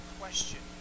question